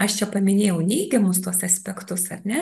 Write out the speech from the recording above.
aš čia paminėjau neigiamus tuos aspektus ar ne